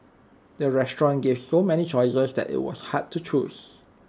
the restaurant gave so many choices that IT was hard to choose